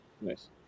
nice